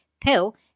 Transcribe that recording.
Pill